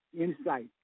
insight